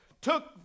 Took